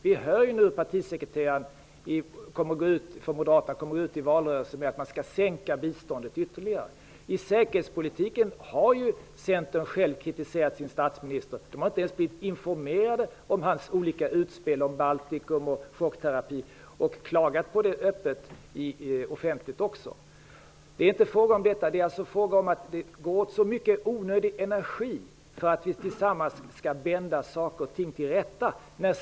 Vi hör nu att Moderaternas partisekreterare kommer att gå ut i valrörelsen med att man skall sänka biståndet ytterligare. I säkerhetspolitiken har Centern kritiserat sin statsminister. Man har inte ens blivit informerad om hans olika utspel om Baltikum och chockterapi. Man har klagat på det offentligt också. Det är inte fråga om detta. Det är fråga om att det går åt så mycket onödig energi när vi tillsammans skall bända saker och ting till rätta.